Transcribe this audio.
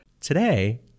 Today